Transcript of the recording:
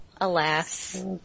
alas